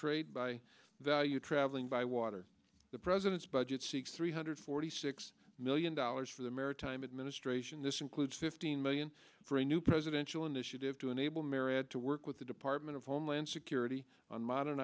trade by value traveling by water the president's budget seeks three hundred forty six million dollars for the maritime administration this includes fifteen million for a new presidential initiative to enable merrit to work with the department of homeland security on modern